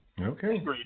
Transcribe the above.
Okay